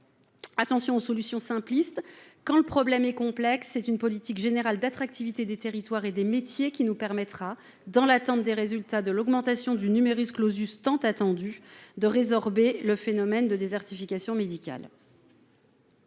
Attention aux solutions simplistes quand le problème est complexe ! C'est une politique générale d'attractivité des territoires et des métiers qui nous permettra, dans l'attente de l'augmentation des effectifs tant attendue après la suppression du, de résorber le phénomène de la désertification médicale.